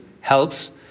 helps